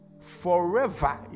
Forever